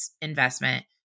investment